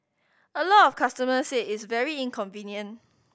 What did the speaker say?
a lot of customers said it's very convenient